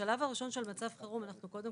בשלב הראשון של מצב חירום אנחנו קודם